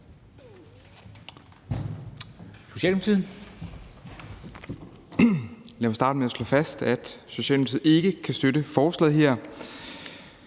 Socialdemokratiet.